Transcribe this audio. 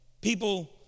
People